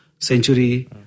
Century